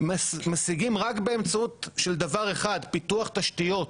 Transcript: משיגים רק באמצעות דבר אחד, פיתוח תשתיות.